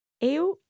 Eu